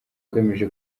agamije